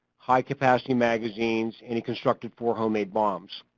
high capacity magazines, and he constructed four homemade bombs.